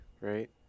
right